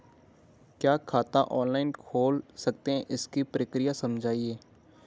क्या खाता ऑनलाइन खोल सकते हैं इसकी प्रक्रिया समझाइए?